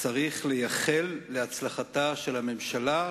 צריך לייחל להצלחתה של הממשלה,